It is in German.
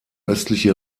östliche